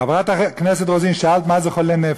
חברת הכנסת רוזין, שאלת מה זה חולה נפש?